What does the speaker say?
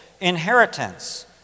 inheritance